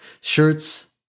shirts